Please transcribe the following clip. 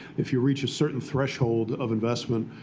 if you reach a certain threshold of investment,